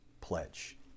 Pledge